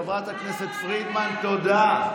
חברת הכנסת פרידמן, תודה.